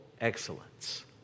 excellence